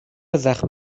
زخم